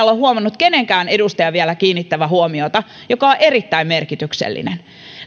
ole huomannut kenenkään edustajan vielä kiinnittävän huomiota ja joka on erittäin merkityksellinen